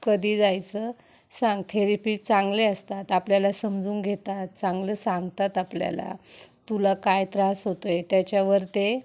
कधी जायचं सांग थेरिपिश्ट चांगले असतात आपल्याला समजून घेतात चांगलं सांगतात आपल्याला तुला काय त्रास होतो आहे त्याच्यावर ते